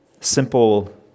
Simple